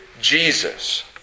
Jesus